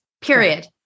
Period